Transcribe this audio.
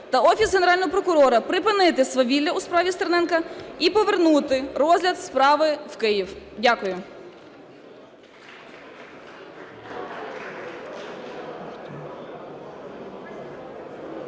та Офіс Генерального прокурора припинити свавілля у справі Стерненка і повернути розгляд справи в Київ. Дякую.